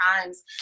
times